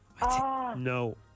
No